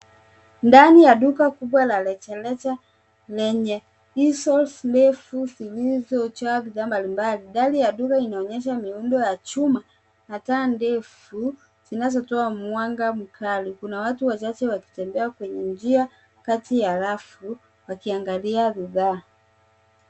Ndani ya duka kubwa la rejareja lenye isles ndefu zilizojaa bidhaa mbalimbali. Dari ya duka inaonyesha miundo ya chuma na taa ndefu zinazotoa mwanga mkali. Kuna watu wachache wakitembea kwenye njia kati ya rafu wakiangalia bidhaa.